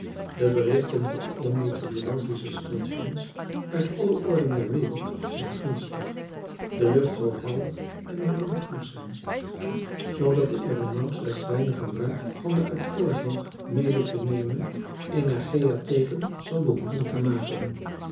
de berichten van alle meteorologische stations uit alle oorden der wereld zijn gunstig de lucht zal helder en de wind goed zijn zoodat de aeronaut slechts weinig gebruik van de uit voorzorg mede te nemen energeiatheken zal behoeven te maken